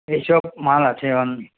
এইসব মাল আছে